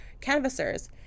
canvassers